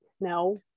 No